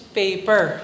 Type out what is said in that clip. paper